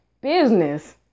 business